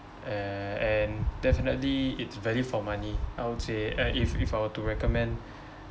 uh and definitely it's value for money I would say uh if if I were to recommend